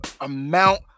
amount